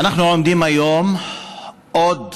אנחנו עומדים היום מול עוד